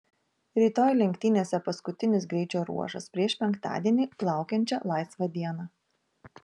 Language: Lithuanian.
rytoj lenktynėse paskutinis greičio ruožas prieš penktadienį laukiančią laisvą dieną